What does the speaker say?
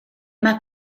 mae